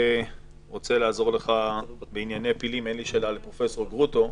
אני רוצה לעזור לך בענייני פילים ואין לי שאלה לפרופ' גרוטו.